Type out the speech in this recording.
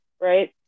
Right